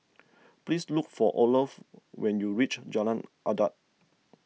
please look for Olof when you reach Jalan Adat